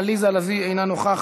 חבר הכנסת עיסאווי פריג' אינו נוכח,